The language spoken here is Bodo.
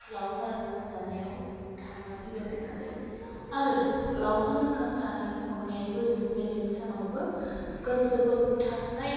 लाउखार ओंखाम जानायाव जोंबो थांनानै बेरायनानै आरो लाउखार ओंखाम जानायनि अनगायैबो जों बेलेग सानावबो गोसो बोगथाबनाय